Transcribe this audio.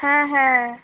হ্যাঁ হ্যাঁ